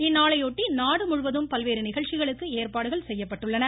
இந்நாளையொட்டி நாடுமுழுவதும் பல்வேறு நிகழ்ச்சிகளுக்கு ஏற்பாடுகள் செய்யப்பட்டுள்ளன